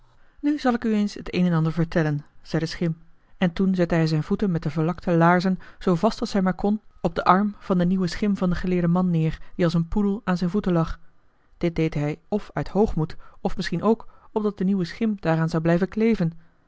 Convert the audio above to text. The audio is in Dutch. nu zal ik u eens het een en ander vertellen zei de schim en toen zette hij zijn voeten met de verlakte laarzen zoo vast als hij maar kon op den arm van den nieuwen schim van den geleerden man neer die als een poedel aan zijn voeten lag dit deed hij of uit hoogmoed of misschien ook opdat de nieuwe schim daaraan zou blijven kleven